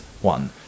one